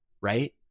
right